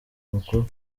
mukuru